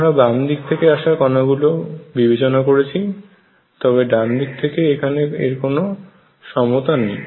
আমরা বাম দিক থেকে আসা কণাগুলি বিবেচনা করছি তবে ডানদিক থেকে এখানে এর কোনো সমতা নেই